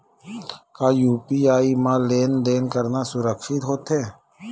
का यू.पी.आई म लेन देन करना सुरक्षित होथे?